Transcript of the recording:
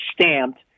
stamped